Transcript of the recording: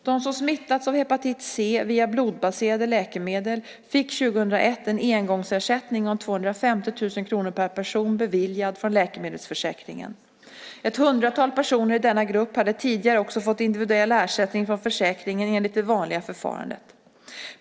De som smittats av hepatit C via blodbaserade läkemedel fick 2001 en engångsersättning om 250 000 kr per person beviljad från läkemedelsförsäkringen. Ett hundratal personer i denna grupp hade tidigare också fått individuell ersättning från försäkringen enligt det vanliga förfarandet.